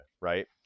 right